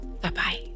Bye-bye